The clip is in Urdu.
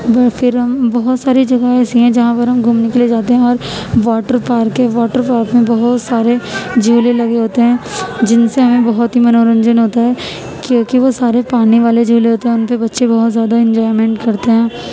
بر پھر ہم بہت ساری جگہیں ایسی ہیں جہاں پر ہم گھومنے کے لیے جاتے ہیں اور واٹر پارک ہے واٹر پارک میں بہت سارے جھیلیں لگے ہوتے ہیں جن سے ہمیں بہت ہی منورنجن ہوتا ہے کیوں کہ وہ سارے پانی والے جھیل ہوتے ہیں ان پہ بچے بہت زیادہ انجوائیمنٹ کرتے ہیں